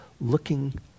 looking